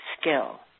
skill